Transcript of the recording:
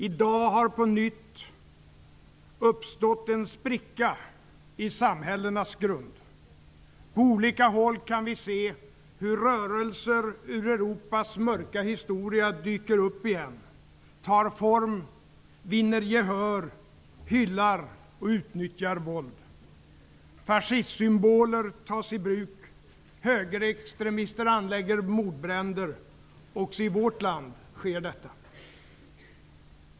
I dag har på nytt uppstått en spricka i samhällenas grund. På olika håll kan vi se hur rörelser ur Europas mörka historia dyker upp igen, tar form, vinner gehör, hyllar och utnyttjar våld. Fascistsymboler tas i bruk. Högerextremister anlägger mordbränder. Också i vårt land sker detta.